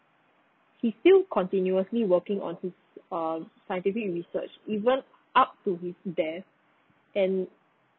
he still continuously working on his um scientific research even up to fifty then and